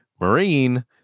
Marine